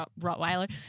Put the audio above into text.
Rottweiler